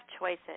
choices